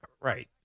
Right